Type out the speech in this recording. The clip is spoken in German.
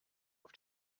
auf